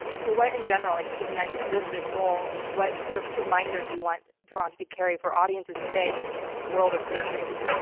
so what in general, like given that you've lived this role, what sort of reminder do you want duranty to carry for audiences today in this world of fake news?